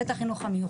וחינוך מיוחד.